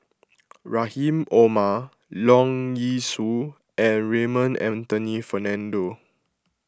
Rahim Omar Leong Yee Soo and Raymond Anthony Fernando